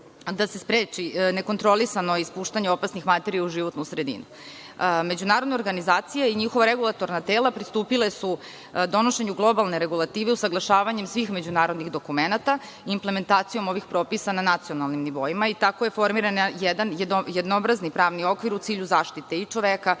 da se spreči nekontrolisano ispuštanje opasnih materija u životnu sredinu. Međunarodne organizacije i njihova regulatorna tela pristupile su donošenju globalne regulative usaglašavanjem svih međunarodnih dokumenata, implementacijom ovih propisa na nacionalnim nivoima i tako je formiran jednoobrazni pravni okvir u cilju zaštite i čoveka